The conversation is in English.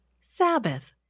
Sabbath